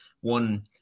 one